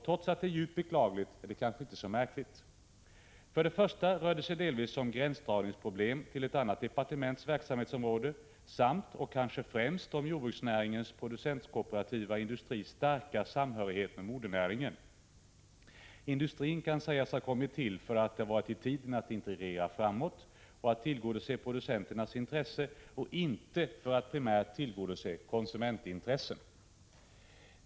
Trots att detta är djupt beklagligt är det kanske inte så märkligt. Det handlar delvis om gränsdragningsproblem när det gäller frågor som rör ett annat departements verksamhetsområde, men också — kanske främst — om den producentkooperativa industrins starka samhörighet med modernäringen. Industrin kan sägas ha kommit till för att det har legat i tiden att integrera framåt och tillgodose producenternas intresse, inte primärt att tillgodose konsumentintressena.